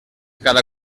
cada